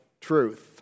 truth